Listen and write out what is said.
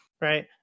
Right